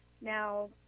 Now